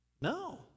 No